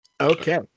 Okay